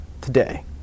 today